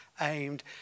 aimed